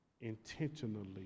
intentionally